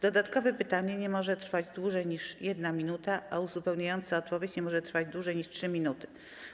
Dodatkowe pytanie nie może trwać dłużej niż 1 minutę, a uzupełniająca odpowiedź nie może trwać dłużej niż 3 minuty.